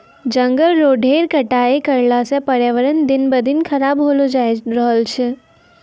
जंगल रो ढेर कटाई करला सॅ पर्यावरण दिन ब दिन खराब होलो जाय रहलो छै